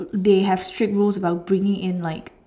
they have strict rules about bringing in like